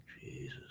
Jesus